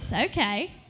Okay